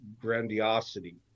grandiosity